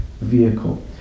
vehicle